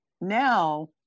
now